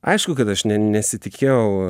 aišku kad aš nė nesitikėjau